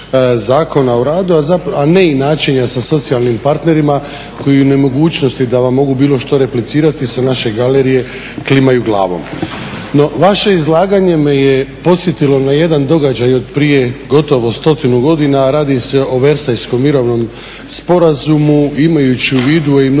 Zakona o radu, a ne inačenja sa socijalnim partnerima koji u nemogućnosti da vam mogu bilo što replicirati sa naše galerije klimaju glavom. No vaše izlaganje me je podsjetilo na jedan događaj otprije gotovo stotinu godina a radi se o Versajskom mirovnom sporazumu, imajući u vidu a i mnogi